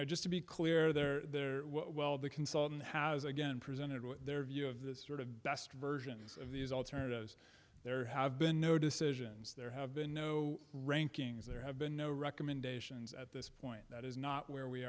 know just to be clear there while the consultant has again presented their view of this sort of best versions of these alternatives there have been no decisions there have been no rankings there have been no recommendations at this point that is not where we